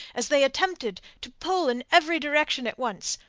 as they attempted to pull in every direction at once.